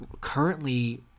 currently